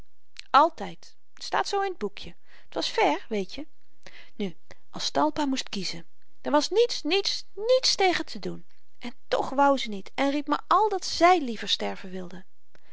staat zoo in t boekje t was vèr weetje nu aztalpa moest kiezen daar was niets niets niets tegen te doen en toch wou ze niet en riep maar al dat zy liever sterven wilde